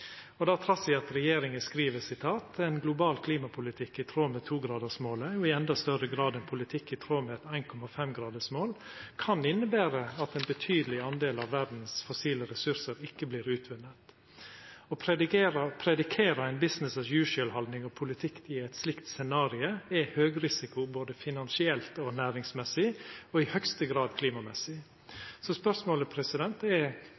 trass i at regjeringa skriv: «En global klimapolitikk i tråd med togradersmålet, og i enda større grad en politikk i tråd med et 1,5 gradersmål, kan innebære at en betydelig andel av verdens fossile ressurser ikke blir utvunnet» Å predikera «business as usual»-haldning og -politikk i eit slikt scenario er høgrisiko både finansielt og næringsmessig og i høgste grad klimamessig. Spørsmålet er: